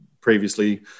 previously